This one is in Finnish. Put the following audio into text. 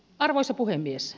arvoisa puhemies